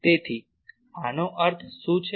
તેથી આનો અર્થ શું છે